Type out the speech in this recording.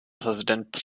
präsident